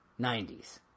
90s